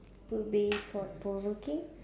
would be thought provoking